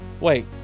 Wait